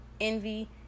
envy